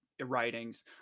writings